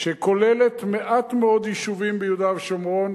שכוללת מעט מאוד יישובים ביהודה ושומרון,